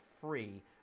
free